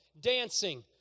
dancing